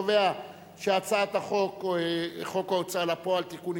את הצעת חוק ההוצאה לפועל (תיקון,